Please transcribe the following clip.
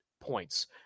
points